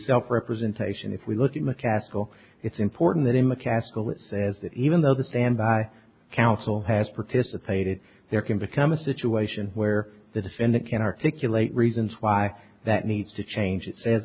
self representation if we look at mccaskill it's important that in mccaskill it says that even though the standby counsel has participated there can become a situation where the defendant can articulate reasons why that needs to change it sa